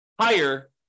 higher